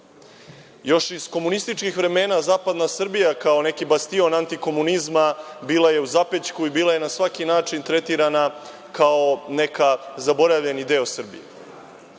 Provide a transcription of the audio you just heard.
Još iz komunističkih vremena zapadna Srbija, kao neki bastion antikomunizma, bila je u zapećku i bila je na svaki način tretirana kao neki zaboravljeni deo Srbije.